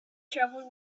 travelled